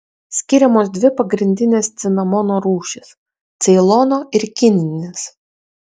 skiriamos dvi pagrindinės cinamono rūšys ceilono ir kininis